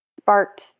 sparked